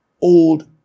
Old